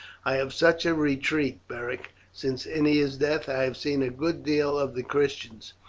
i have such a retreat, beric. since ennia's death i have seen a good deal of the christians.